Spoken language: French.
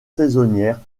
saisonnières